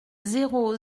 zéro